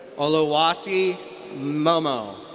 oluwaseyi momoh.